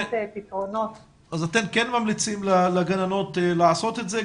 למציאת פתרונות --- אז אתם כן ממליצים לגננות לעשות את זה,